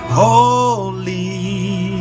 holy